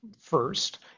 first